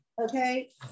okay